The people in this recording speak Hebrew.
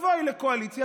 תבואי לקואליציה,